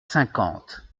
cinquante